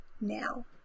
now